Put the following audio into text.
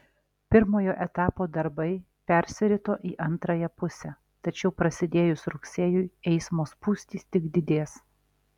pirmojo etapo darbai persirito į antrąją pusę tačiau prasidėjus rugsėjui eismo spūstys tik didės